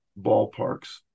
ballparks